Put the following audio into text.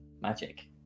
magic